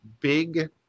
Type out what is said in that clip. big